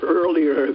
earlier